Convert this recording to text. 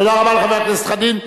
תודה רבה, חבר הכנסת חנין.